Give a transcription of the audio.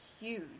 huge